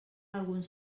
alguns